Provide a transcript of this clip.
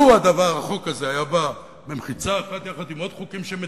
לו החוק הזה היה בא עם עוד חוקים שמתקנים,